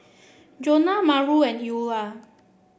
Jonah Maura and Eulah